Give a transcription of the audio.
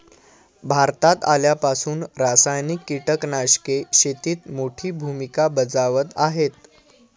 भारतात आल्यापासून रासायनिक कीटकनाशके शेतीत मोठी भूमिका बजावत आहेत